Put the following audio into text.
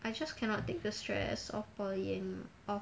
I just cannot take the stress of barley in or